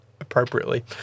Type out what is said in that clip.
appropriately